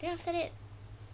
then after that